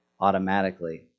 automatically